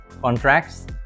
contracts